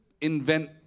invent